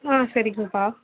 ஆ சரி பாப்பா